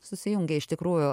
susijungia iš tikrųjų